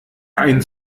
ein